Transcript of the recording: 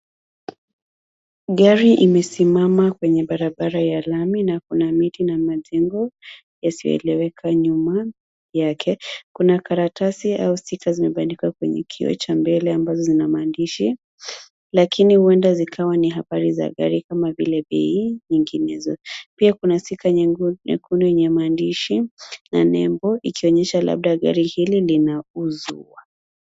Gari imesimama kwenye barabara ya lami na kuna miti na majengo yasiyoeleweka nyuma yake. Kuna karatasi au sticker zimebandikwa kwenye kioo cha mbele ambazo zina maandishi. Lakini huenda zikawa ni habari za gari kama vile bei, nyinginezo. Pia kuna sticker nyekundu yenye maandishi na nembo, ikionyesha labda gari hili linauzwa.